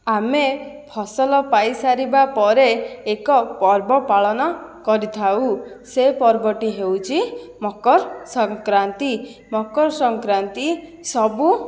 ଆମେ ଫସଲ ପାଇ ସାରିବା ପରେ ଏକ ପର୍ବ ପାଳନ କରିଥାଉ ସେ ପର୍ବଟି ହେଉଛି ମକର ସଂକ୍ରାନ୍ତି ମକର ସଂକ୍ରାନ୍ତି ସବୁ